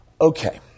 okay